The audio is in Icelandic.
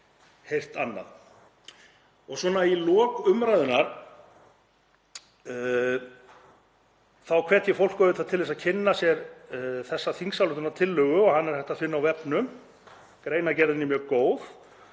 heyrt annað. Svona í lok umræðunnar þá hvet ég fólk til þess að kynna sér þessa þingsályktunartillögu og hana er hægt að finna á vefnum, greinargerðin er mjög góð.